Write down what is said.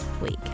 week